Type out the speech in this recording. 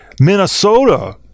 Minnesota